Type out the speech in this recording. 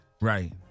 Right